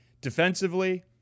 Defensively